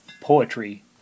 poetry